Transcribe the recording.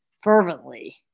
fervently